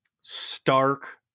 stark